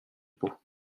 pot